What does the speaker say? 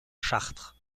chartres